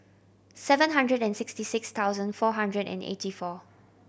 seven hundred and sixty six thousand four hundred and eighty four